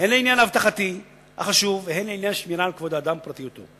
הן לעניין האבטחתי החשוב והן לעניין השמירה על כבוד האדם ופרטיותו.